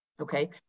Okay